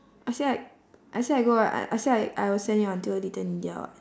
I say like I say I go I I say I I will send you until little india [what]